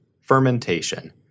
fermentation